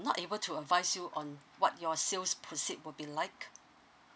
not able to avoid I still on what your sales proceed would be like